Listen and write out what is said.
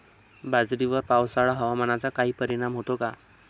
बाजरीवर पावसाळा हवामानाचा काही परिणाम होतो का?